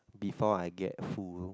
before I get full